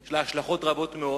יש לה השלכות רבות מאוד.